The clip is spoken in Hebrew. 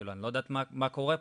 כאילו אני לא יודעת מה קורה פה,